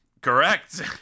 Correct